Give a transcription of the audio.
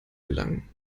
gelangen